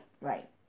Right